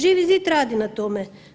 Živi zid radi na tome.